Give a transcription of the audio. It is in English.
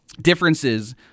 differences